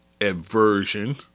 aversion